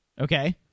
Okay